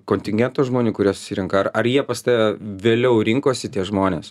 kontingento žmonių kurie susirenka ar ar jie pas tave vėliau rinkosi tie žmonės